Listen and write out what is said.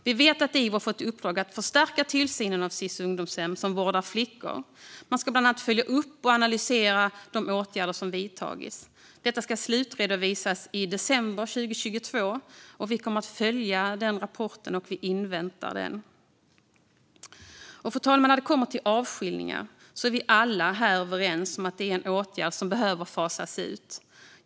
Vi vet att Ivo har fått i uppdrag att förstärka tillsynen av Sis ungdomshem som vårdar flickor. Man ska bland annat följa upp och analysera de åtgärder som har vidtagits. Detta ska slutredovisas i december 2022, och vi kommer att följa arbetet och invänta rapporten. När det kommer till avskiljningar är vi alla överens om att det är en åtgärd som behöver fasas ut.